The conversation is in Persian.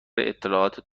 اطلاعات